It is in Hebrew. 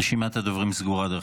דרך אגב, רשימת הדוברים סגורה.